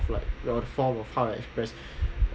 for like the form of how to express